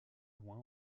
loin